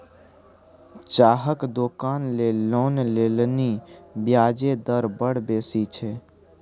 चाहक दोकान लेल लोन लेलनि ब्याजे दर बड़ बेसी छै